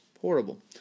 horrible